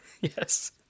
Yes